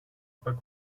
pak